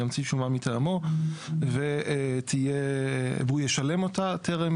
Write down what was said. ימציא שומה מטעמו והוא ישלם אותה טרם